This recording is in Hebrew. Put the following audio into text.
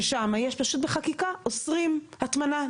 שם פשוט בחקיקה אוסרים הטמנה,